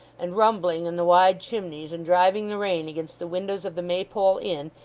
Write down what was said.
and rumbling in the wide chimneys and driving the rain against the windows of the maypole inn,